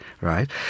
right